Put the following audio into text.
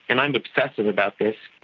and i am obsessive about this,